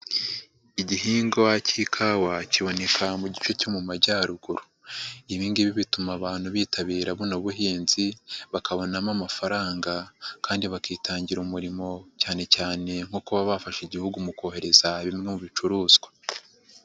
Igihingwa cy'ikawa kiboneka mu gice cyo mu majyaruguru. Ibi ngibi bituma abantu bitabira buno buhinzi, bakabonamo amafaranga kandi bakitangira umurimo cyane cyane nko kuba bafashe igihugu mu kohereza bimwe mu bicuruzwa.